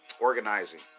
organizing